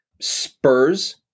spurs